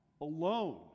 alone